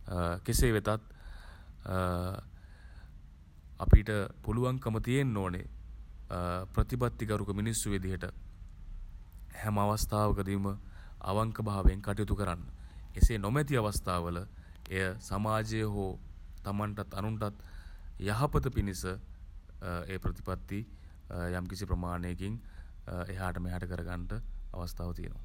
කෙසේ වෙතත් අපිට පුළුවන්කම තියෙන්න ඕනෙ ප්‍රතිපත්තිගරුක මිනිස්සු විදියට හැම අවස්ථාවකදීම අවංකභාවයෙන් කටයුතු කරන්න. එසේ නොමැති අවස්ථාවල එය සමාජයේ හෝ තමන්ටත් අනුන්ටත් යහපත පිණිස ඒ ප්‍රතිපත්ති යම්කිසි ප්‍රමාණයකින් එහාට මෙහාට කර ගන්ට අවස්ථාව තියෙනවා.